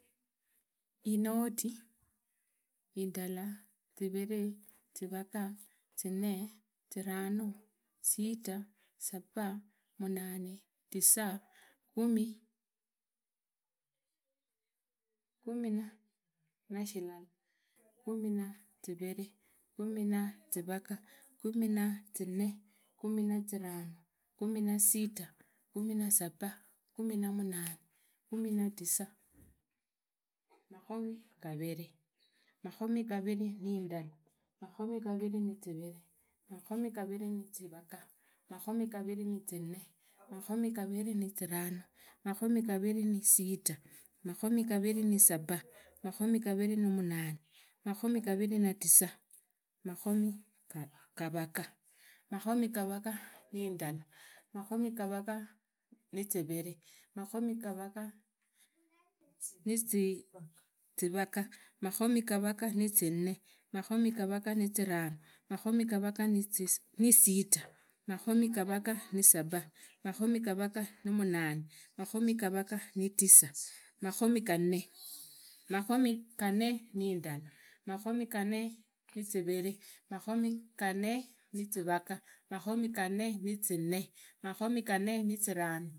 Inoti indala ziviri, zivaga, zinne, zivanu, sita, saba, munane, tisa, kum. Kumi na shilala kumi na ziviri, kumi na zivaga, kumi na zinne, kumi na zivanu, kumi na sita, kumi na saba, kumi na munane, kumi na tisa, makhomi gaviri, makhomi gaviri na shilala, makhomi gaviri na ziviri, makhomi gaviri na nizivaga, makhomi gaviri na nizinne, makhomi gaviri na niziranu, makhomi gaviri na sita, makhomi gaviri na saba, makhomi gaviri na munane, makhomi gaviri na tisa, makhomi gavaga, makhomi gavaga na indala, makhomi gavaga na ziviri, makhomi gavaga na zivaga, makhomi gavaga na zinne, makhomi gavaga na zivana, makhomi gavaga na sita, makhomi gavaga na saba, makhomi gavaga na munane, makhomi gavaga na tisa makhomi na ganne, makhomi ganne na nindala, makhomi ganne niziviri, makhomi ganne nizivaga, makhomi ganne nizinne, makhomi ganne nizirano.